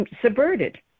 subverted